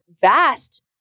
vast